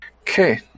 Okay